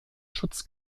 schutz